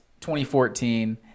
2014